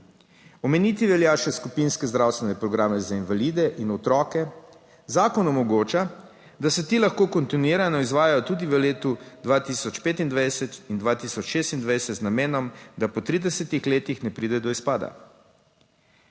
Omeniti velja še skupinske zdravstvene programe za invalide in otroke. Zakon omogoča, da se ti lahko kontinuirano izvajajo tudi v letu 2025 in 2026 z namenom, da po 30 letih ne pride do izpada